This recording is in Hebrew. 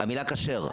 המילה כשר,